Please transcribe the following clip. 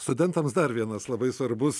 studentams dar vienas labai svarbus